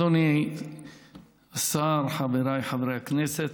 אדוני השר, חבריי חברי הכנסת,